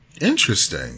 Interesting